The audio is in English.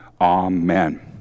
Amen